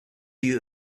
you